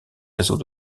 réseau